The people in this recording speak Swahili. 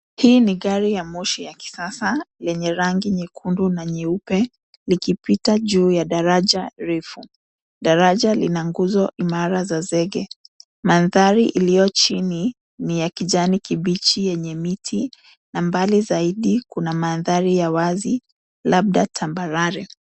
Hii ni gari ya moshi ya kisasa, lenye rangi nyekundu na nyeupe, likipita juu ya daraja refu. Daraja lina nguzo imara za zenge. Mandhari iliyo chini, ni ya kijani kibichi yenye miti, na mbali zaidi kuna mandhari ya wazi, labda tambarare.